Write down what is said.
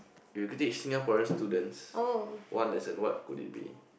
if you could teach Singaporean students one lesson what would it be